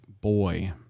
boy